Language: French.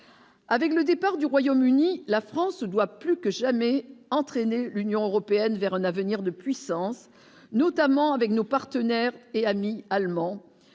avec le départ du Royaume-Uni, la France se doit plus que jamais entraîné l'Union européenne vers un avenir de puissance notamment avec nos partenaires et amis allemands,